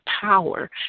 power